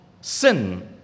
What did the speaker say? sin